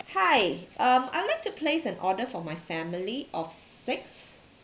hi um I like to place an order for my family of six